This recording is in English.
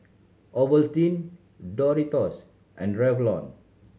Ovaltine Doritos and Revlon